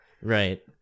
Right